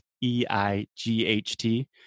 E-I-G-H-T